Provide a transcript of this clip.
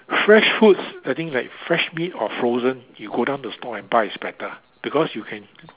fresh foods I think like fresh meat or frozen you go down the store and buy is better because you can